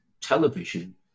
television